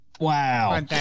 Wow